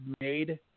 made